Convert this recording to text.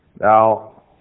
Now